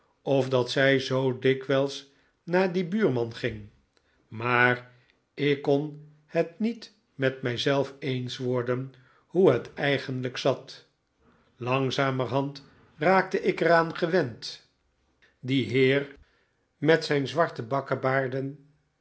of dat zij zoo dikwijls naar dien buurman ging maar ik kon het niet met mij zelf eens worden hoe het eigenlijk zat langzamerhand raakte ik er aan gewend dien heer met zijn zwarte